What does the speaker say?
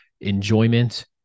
enjoyment